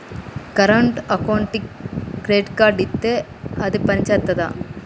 Current అకౌంట్కి credit card ఇత్తే అది పని చేత్తదా?